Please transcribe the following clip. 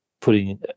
putting